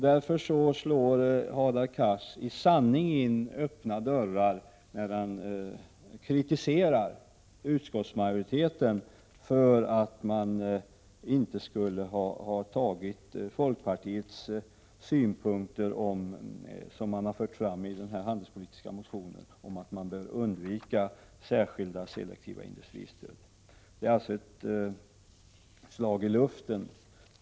Därför slår Hadar Cars i sanning in öppna dörrar när han kritiserar utskottsmajoriteten för att den inte skulle ha tagit hänsyn till de synpunkter som folkpartiet för fram i sin handelspolitiska motion, nämligen att man bör undvika särskilda selektiva industristöd. Kritiken är alltså ett slag i luften.